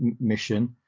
mission